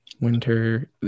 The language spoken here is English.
winter